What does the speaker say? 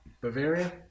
Bavaria